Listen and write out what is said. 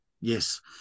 Yes